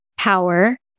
Power